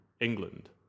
England